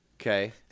okay